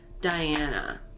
Diana